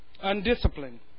Undisciplined